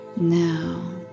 now